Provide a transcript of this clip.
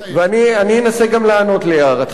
ואני אנסה גם לענות על הערתך.